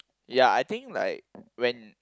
ya I think like when